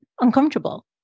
uncomfortable